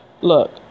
look